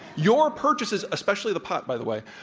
your purchases, especially the pot, by the way,